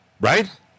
Right